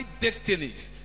destinies